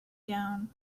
down